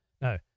No